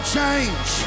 change